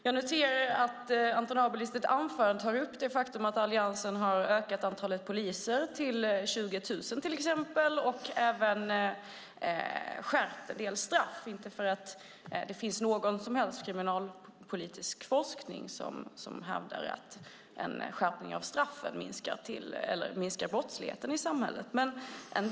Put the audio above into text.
Jag noterade att du i ditt anförande tog upp till exempel det faktum att Alliansen har ökat antalet poliser till 20 000 och skärpt en del straff, även om det inte finns någon som helst kriminalpolitisk forskning där det hävdas att en skärpning av straffen minskar brottsligheten i samhället.